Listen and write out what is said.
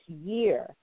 year